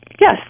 Yes